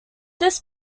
this